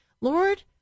Lord